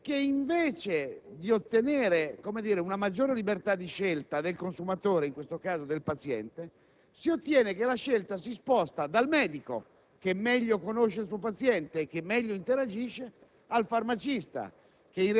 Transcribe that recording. ma l'effetto paradossale di quella disposizione è che, invece di ottenere una maggiore libertà di scelta del consumatore, in questo caso del paziente, si ottiene che la scelta si sposti dal medico,